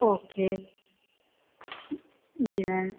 okay ji ma'am